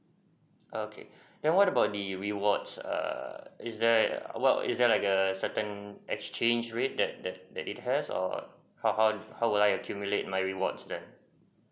okay then what about the rewards err is there what is their like a certain exchange rate that that that it has or how how would I accumulate my rewards then